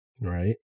Right